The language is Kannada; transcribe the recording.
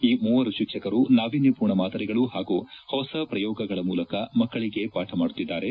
ಈ ಮೂವರು ಶಿಕ್ಷಕರು ನಾವಿನ್ನರ್ಮೂರ್ಣ ಮಾದರಿಗಳು ಹಾಗೂ ಹೊಸ ಪ್ರಯೋಗಗಳ ಮೂಲಕ ಮಕ್ಕಳಿಗೆ ಪಾಠ ಮಾಡುತ್ತಿದ್ದಾರೆ